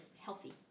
healthy